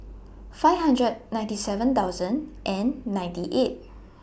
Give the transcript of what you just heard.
five hundred ninety seven thousand and ninety eight